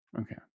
Okay